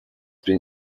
been